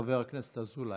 חבר הכנסת אזולאי.